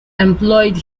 employed